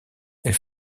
elle